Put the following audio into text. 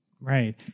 Right